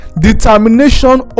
determination